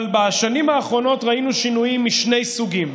אבל בשנים האחרונות ראינו שינויים משני סוגים: